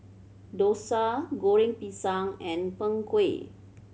dosa Goreng Pisang and Png Kueh